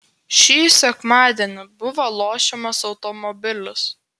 šį sekmadienį buvo lošiamas automobilis